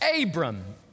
Abram